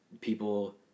people